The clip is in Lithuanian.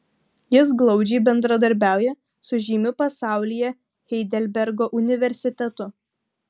jis glaudžiai bendradarbiauja su žymiu pasaulyje heidelbergo universitetu